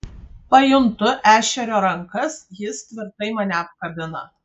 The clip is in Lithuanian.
pajuntu ešerio rankas jis tvirtai mane apkabina